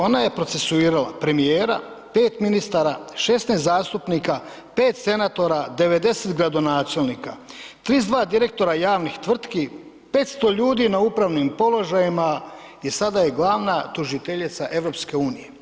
Ona je procesuirala premijera, 5 ministara, 16 zastupnika, 5 senatora, 90 gradonačelnika, 32 direktora javnih tvrtki, 500 ljudi na upravnim položajima i sada je glavna tužiteljica EU.